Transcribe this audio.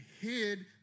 hid